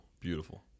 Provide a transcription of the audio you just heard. beautiful